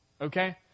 okay